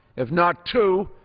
if not two,